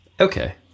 Okay